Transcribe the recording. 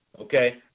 okay